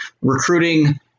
Recruiting –